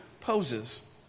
poses